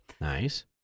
nice